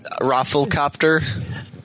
Rafflecopter